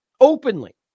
openly